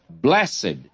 blessed